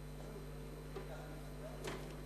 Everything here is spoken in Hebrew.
חבר הכנסת אלדד.